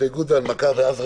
הסתייגות והנמקה.